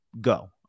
go